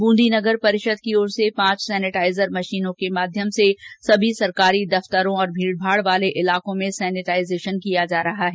ब्रंदी नगर परिषद की ओर से पांच सैनिटाइजर मशीनों के माध्यम से सभी सरकारी दफ़तरों और भीड़ वाले इलाकों में सैनिटाइजेशन किया जा रहा है